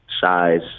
size